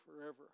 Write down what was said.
forever